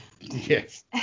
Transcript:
Yes